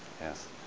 Yes